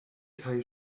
kaj